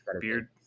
beard